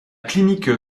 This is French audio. clinique